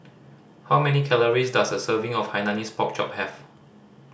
how many calories does a serving of Hainanese Pork Chop have